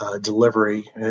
Delivery